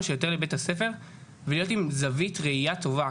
שיותר לבית הספר ולהיות עם זווית ראיה טובה.